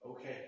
Okay